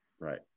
Right